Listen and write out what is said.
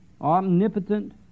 omnipotent